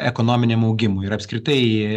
ekonominiam augimui ir apskritai